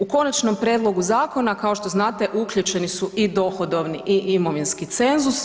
U konačnom prijedlogu zakona, kao što znate, uključeni su i dohodovni i imovinski cenzus.